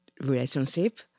relationship